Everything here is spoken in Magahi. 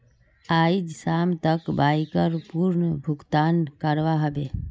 आइज शाम तक बाइकर पूर्ण भुक्तान करवा ह बे